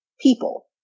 people